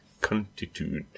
Contitude